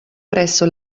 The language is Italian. presso